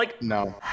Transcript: No